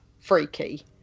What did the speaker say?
freaky